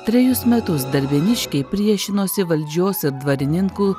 trejus metus darbiniškiai priešinosi valdžios ir dvarininkų